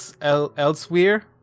Elsewhere